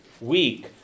week